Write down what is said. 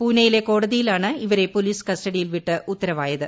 പൂനെയിലെ കോടതിയാണ് ഇവരെ പോലീസ് കസ്റ്റഡിയിൽ വിട്ട് ഉത്തരവായത്